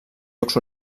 jocs